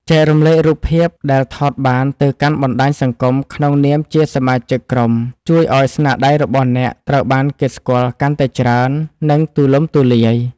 ចែករំលែករូបភាពដែលថតបានទៅកាន់បណ្តាញសង្គមក្នុងនាមជាសមាជិកក្រុមជួយឱ្យស្នាដៃរបស់អ្នកត្រូវបានគេស្គាល់កាន់តែច្រើន និង ទូលំទូលាយ។